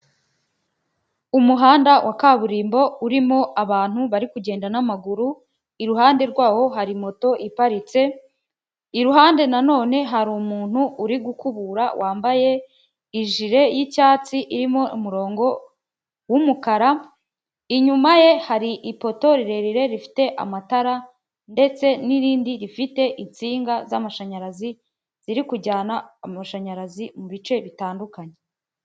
Umuhanda wa kaburimbo urimo abantu bari kugenda n'amaguru iruhande rwaho hari moto iparitse iruhande nanone hari umuntu uri gukubura wambaye ijire y'icyatsi irimo umurongo wumukara, inyuma ye hari ipoto rirerire rifite amatara ndetse n'irindi rifite insinga z'amashanyarazi ziri kujyana amashanyarazi mu bice bitandukanye.